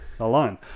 alone